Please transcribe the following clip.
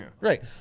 Right